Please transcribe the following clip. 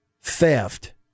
theft